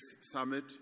Summit